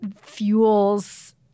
fuels